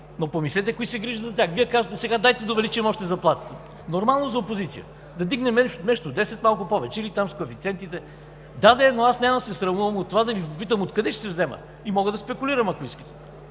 но помислете кои се грижат за тях. Вие казвате сега: „Дайте да увеличим още заплатите.“ Нормално за опозиция. Да вдигнем вместо 10, малко повече или там с коефициентите. Да де, но аз няма да се срамувам да Ви попитам откъде ще се вземат? И мога да спекулирам, ако искате.